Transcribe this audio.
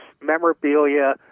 memorabilia